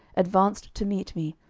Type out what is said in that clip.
advanced to meet me,